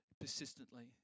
Persistently